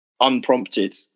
unprompted